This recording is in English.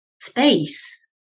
space